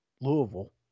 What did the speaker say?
Louisville